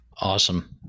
awesome